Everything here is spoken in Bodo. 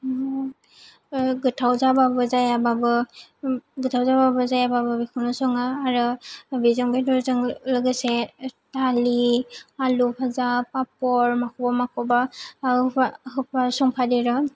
गोथाव जाबाबो जायाबाबो गोथाव जाबाबो जायाबाबो बेखौनो सङो आरो बेजों बेदरजों लोगोसे दालि आलु भाजा पापर माखौबा माखौबा होफा संफादेरो